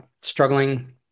struggling